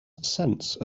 sense